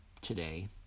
today